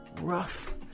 rough